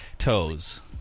Toes